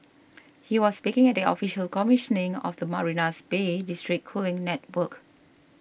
he was speaking at the official commissioning of the Marina's Bay district cooling network